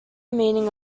meaning